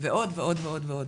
ועוד ועוד ועוד.